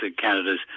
Canada's